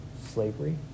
slavery